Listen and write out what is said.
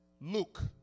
Luke